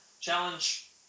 challenge